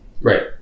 Right